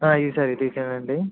ఇదే సార్ ఇదికానిండి